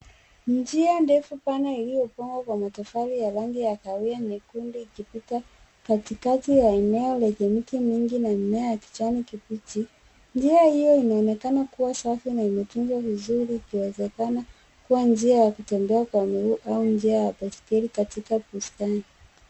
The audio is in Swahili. Njia ndefu pana iliyopangwa kwa matofali ya rangi ya kahawia nyekundu ikipita katikati ya eneo lenye miti mingi na mimea ya kijani kibichi. Njia hiyo inaonekana kuwa safi na imetunzwa vizuri ikiwezekana kuwa njia ya kutembea kwa mguu au njia ya baiskeli katika bustani.